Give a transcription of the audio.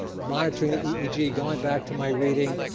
monitoring the eeg, going back to my reading.